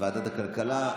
לוועדת הכלכלה,